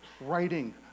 writing